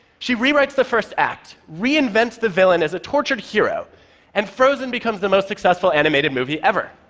she rewrites the first act, reinvents the villain as a tortured hero and frozen becomes the most successful animated movie ever.